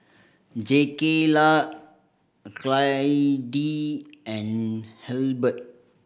Jakayla Clydie and Halbert